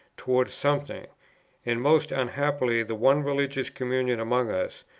towards something and most unhappily the one religious communion among us,